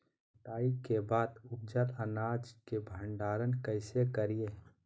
कटाई के बाद उपजल अनाज के भंडारण कइसे करियई?